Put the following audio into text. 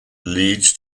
leads